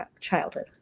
childhood